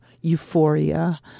euphoria